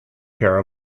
pair